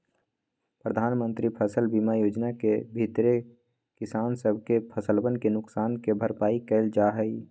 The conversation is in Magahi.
प्रधानमंत्री फसल बीमा योजना के भीतरी किसान सब के फसलवन के नुकसान के भरपाई कइल जाहई